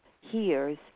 hears